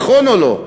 נכון או לא?